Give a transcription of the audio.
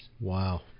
Wow